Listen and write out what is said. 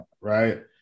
right